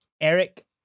Eric